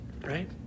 right